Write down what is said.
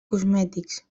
cosmètics